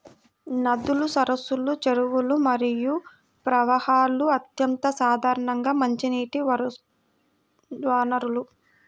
నదులు, సరస్సులు, చెరువులు మరియు ప్రవాహాలు అత్యంత సాధారణ మంచినీటి వనరులు